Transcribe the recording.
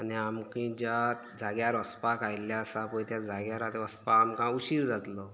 आनी आमी ज्या जाग्यार वचपाक आयिल्ले आसा पळय त्या जाग्यार आमी वचपाक आमकां उशीर जातलो